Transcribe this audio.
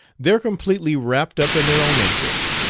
they're completely wrapped up in their own interests,